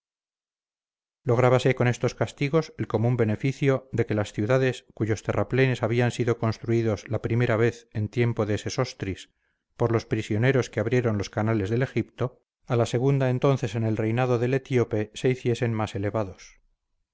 naturales lográbase con estos castigos el común beneficio de que las ciudades cuyos terraplenes habían sido construidos la primera vez en tiempo de sesostris por los prisioneros que abrieron los canales del egipto a la segunda entonces en el reinado del etíope se hiciesen más elevados